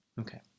Okay